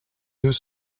deux